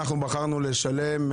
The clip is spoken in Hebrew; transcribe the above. אנחנו בחרנו לשלם,